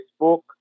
Facebook